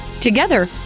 Together